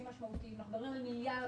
משמעותיים - אנחנו מדברים על מיליארדים.